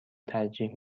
ترجیح